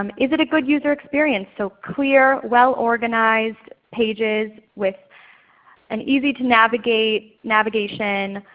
um is it a good user experience? so clear, well organized pages with an easy to navigate navigation,